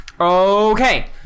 Okay